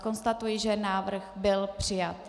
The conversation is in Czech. Konstatuji, že návrh byl přijat.